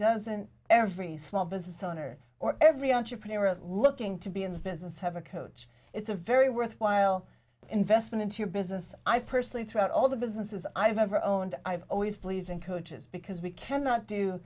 doesn't every small business owner or every entrepreneur looking to be in the business have a coach it's a very worthwhile investment into your business i personally throughout all the businesses i've ever owned i've always believed in coaches because we cannot do